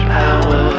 power